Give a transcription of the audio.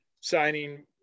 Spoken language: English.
signing